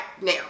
now